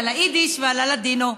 על היידיש ועל הלדינו.